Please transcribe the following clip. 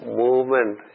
movement